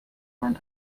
man